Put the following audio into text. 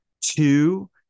Two